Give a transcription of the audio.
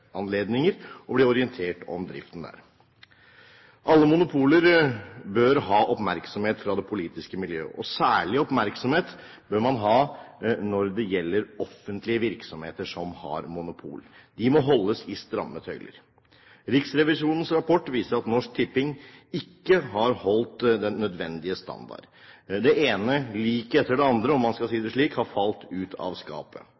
anledninger og bli orientert om driften der. Alle monopoler bør ha oppmerksomhet fra det politiske miljø, og særlig oppmerksomhet bør man ha når det gjelder offentlige virksomheter som har monopol. De må holdes i stramme tøyler! Riksrevisjonens rapport viser at Norsk Tipping ikke har holdt den nødvendige standard. Det ene «liket» etter det andre, om man skal si det slik, har falt ut av skapet.